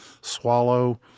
swallow